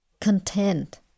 content